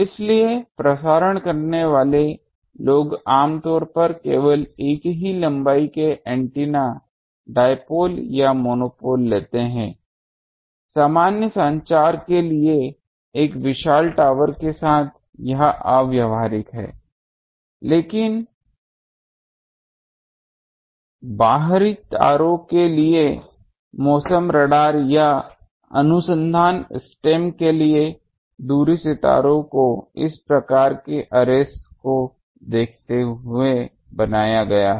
इसलिए प्रसारण करने वाले लोग आम तौर पर केवल एक ही लंबाई के एंटीना डाइपोल या मोनोपोल लेते हैं सामान्य संचार के लिए एक विशाल टॉवर के साथ यह अव्यावहारिक है लेकिन बाहरी तारों के लिए मौसम रडार या अनुसंधान स्टेम के लिए दूरी सितारों को इस प्रकार के अर्रेस को देखते हुए बनाया गया है